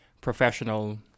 professional